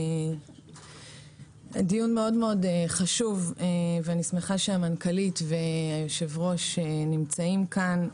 זה דיון מאוד-מאוד חשוב ואני שמחה שהמנכ"לית והיושב-ראש נמצאים כאן.